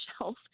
shelf